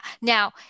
Now